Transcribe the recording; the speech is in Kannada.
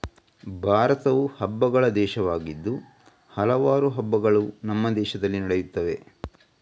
ಭಾರತವು ಹಬ್ಬಗಳ ದೇಶವಾಗಿದ್ದು ಹಲವಾರು ಹಬ್ಬಗಳು ನಮ್ಮ ದೇಶದಲ್ಲಿ ನಡೆಯುತ್ತವೆ